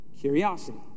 curiosity